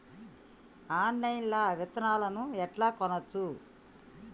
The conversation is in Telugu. ఆన్లైన్ లా విత్తనాలను ఎట్లా కొనచ్చు?